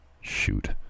shoot